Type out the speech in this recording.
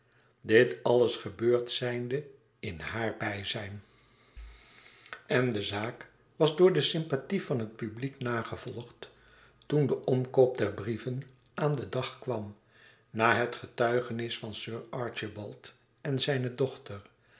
dit alles gebeurd zijnde in hàar bijzijn en de zaak was door de sympathie van het publiek nagevolgd toen de omkoop der brieven aan den dag kwam na het getuigenis van sir archibald en zijne dochter